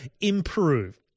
improve